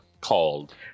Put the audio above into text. called